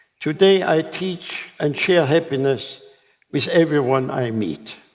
today, i teach and share happiness with everyone i meet.